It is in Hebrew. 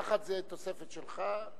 נחת זאת תוספת שלך.